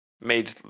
made